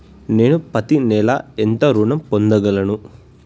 నేను పత్తి నెల ఎంత ఋణం పొందగలను?